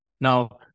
Now